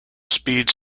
speed